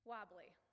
Wobbly